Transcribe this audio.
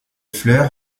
fleurs